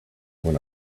when